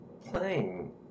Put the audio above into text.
playing